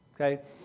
Okay